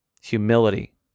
Humility